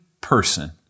person